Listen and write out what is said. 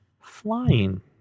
Flying